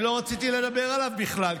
אני לא רציתי לדבר עליו בכלל,